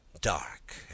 dark